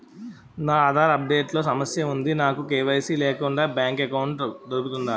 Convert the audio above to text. నా Aadhaar update లో సమస్య వుంది నాకు కే.వై.సీ లేకుండా బ్యాంక్ ఎకౌంట్దొ రుకుతుందా?